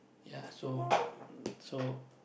ya so so